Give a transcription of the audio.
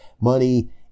money